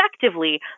effectively